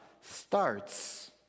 starts